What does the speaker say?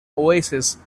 oasis